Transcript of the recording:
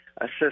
assist